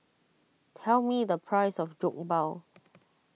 tell me the price of Jokbal